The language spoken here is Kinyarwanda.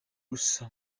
gusa